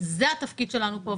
זה התפקיד שלנו כאן,